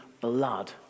blood